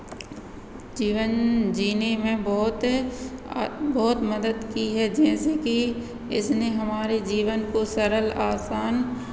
जीवन जीने में बहुत बहुत मदद की है जैसे कि इसने हमारे जीवन को सरल आसान